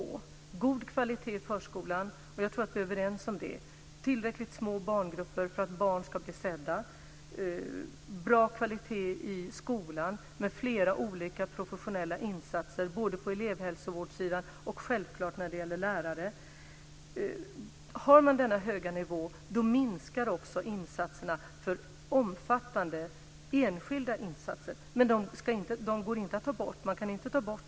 Det ska vara en god kvalitet i förskolan, vilket jag tror att vi är överens om, tillräckligt små barngrupper för att barn ska bli sedda och en bra kvalitet i skolan med flera olika professionella insatser både på elevhälsovårdssidan och, självklart, när det gäller lärare. Har man denna höga nivå minskar också omfattningen av enskilda insatser, men de går inte att ta bort - de krävs.